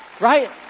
right